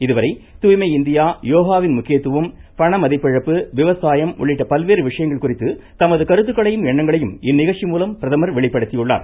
இதுவரை தூய்மை இந்தியா யோகாவின் முக்கியத்துவம் பண மதிப்பிழப்பு விவசாயம் உள்ளிட்ட பல்வேறு விஷயங்கள் குறித்து தமது கருத்துக்களையும் எண்ணங்களையும் இந்நிகழ்ச்சி மூலம் பிரதமர் வெளிப்படுத்தியுள்ளார்